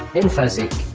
infoseek